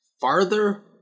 farther